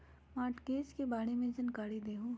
Mortgage के बारे में जानकारी देहु?